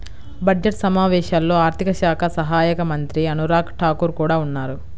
budget సమావేశాల్లో ఆర్థిక శాఖ సహాయక మంత్రి అనురాగ్ ఠాకూర్ కూడా ఉన్నారు